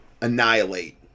annihilate